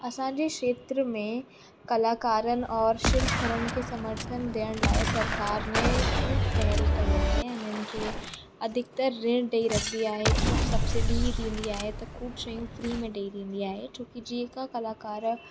असांजे खेत्र में कलाकारनि और शिल्पकारनि खे समर्थन ॾियण लाइ सरकारि ने ख़ूबु पहेल कई अथेई इन्हनि खे अधिकतर ऋण ॾेई रखंदी आहे ख़ूबु सबसीडी ॾींदी आहे त ख़ूबु शयूं फ्री में ॾेई ॾींदी आहे छो जे जेका कलाकार